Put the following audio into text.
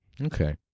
Okay